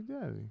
daddy